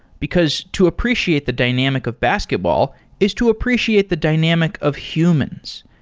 because to appreciate the dynamic of basketball is to appreciate the dynamic of humans,